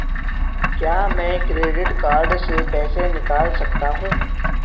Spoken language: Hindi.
क्या मैं क्रेडिट कार्ड से पैसे निकाल सकता हूँ?